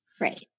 Right